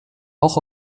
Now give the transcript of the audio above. auch